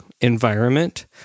environment